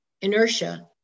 inertia